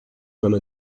comme